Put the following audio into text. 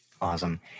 Awesome